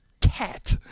cat